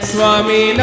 Swami